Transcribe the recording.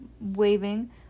waving